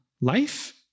life